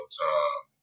time